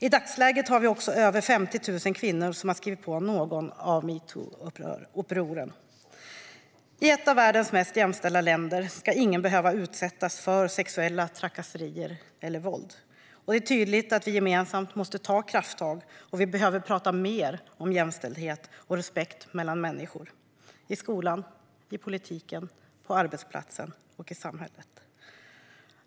I dagsläget är det över 50 000 kvinnor som har skrivit på något av metoo-uppropen. I ett av världens mest jämställda länder ska ingen behöva utsättas för sexuella trakasserier eller våld. Det är tydligt att vi gemensamt måste ta krafttag, och vi behöver prata mer om jämställdhet och respekt mellan människor - i skolan, i politiken, på arbetsplatsen och i samhället.